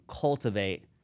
cultivate